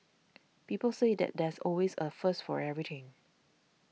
people say that there's always a first for everything